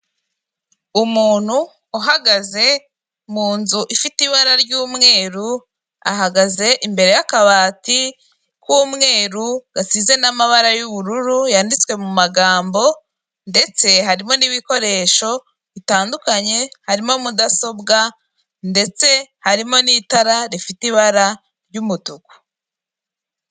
Umuntu uhagaze mu nzu ifite ibara ry'umweru ahagaze imbere y'akabati k'umweru gasize n'amabara y'ubururu yanditswe mu magambo ndetse harimo n'ibikoresho bigiye bitandukanye harimo mudasobwa ndetse harimo n'itara rifite ibara ry'umutuku.